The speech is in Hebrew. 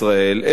אלא מאי?